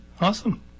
Awesome